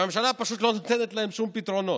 והממשלה פשוט לא נותנת להם שום פתרונות.